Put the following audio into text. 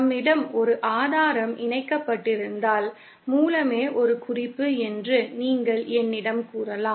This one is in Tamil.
நம்மிடம் ஒரு ஆதாரம் இணைக்கப்பட்டிருந்தால் மூலமே ஒரு குறிப்பு என்று நீங்கள் என்னிடம் கூறலாம்